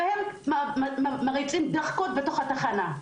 והם מריצים דאחקות בתוך התחנה.